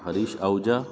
Harish Ahuja